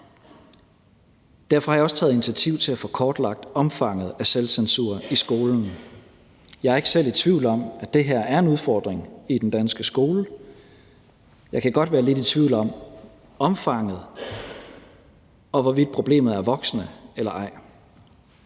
Derfor har jeg også taget initiativ til at få kortlagt omfanget af selvcensur i skolen. Jeg er selv ikke i tvivl om, at det her er en udfordring i den danske skole. Jeg kan godt være lidt i tvivl om omfanget, og hvorvidt problemet er voksende eller ej.